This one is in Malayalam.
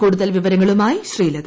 കൂടുതൽ വിവരങ്ങളുമായി ശ്രീലത